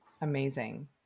Amazing